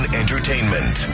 entertainment